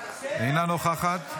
אינה נוכחת,